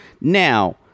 Now